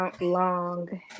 Long